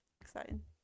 Exciting